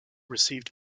received